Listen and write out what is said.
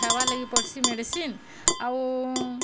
ଖାଏବା ଲାଗି ପଡ଼୍ସି ମେଡିସିନ୍ ଆଉ